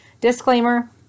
disclaimer